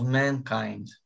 mankind